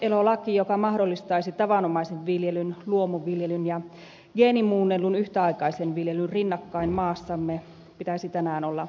rinnakkaiselolain joka mahdollistaisi tavanomaisen viljelyn luomuviljelyn ja geenimuunnellun viljelyn yhtä aikaa rinnakkain maassamme pitäisi tänään olla agendalla